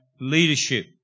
leadership